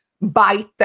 bite